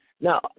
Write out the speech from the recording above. Now